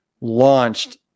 launched